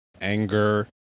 anger